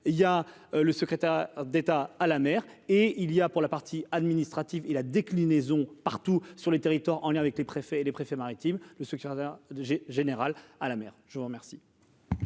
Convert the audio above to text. il y a le secrétaire d'État à la mer, et il y a, pour la partie administrative et la déclinaison partout sur les territoires, en lien avec les préfets et les préfets maritimes le secrétaire j'ai général à la mer, je vous remercie.